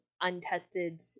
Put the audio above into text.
untested